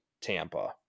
Tampa